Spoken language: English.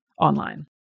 online